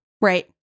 Right